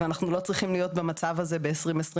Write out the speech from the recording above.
אנחנו לא צריכים להיות במצב הזה ב-2022.